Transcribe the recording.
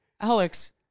Alex